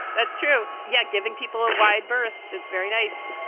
that's true. yeah. giving people a wide berth. that's very nice.